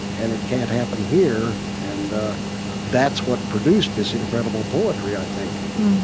and it can't happen here. and ah that's what produced this incredible poetry, i think